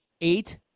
eight